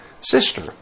sister